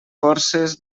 forces